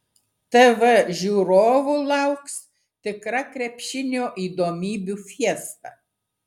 tv žiūrovų lauks tikra krepšinio įdomybių fiesta